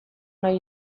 nahi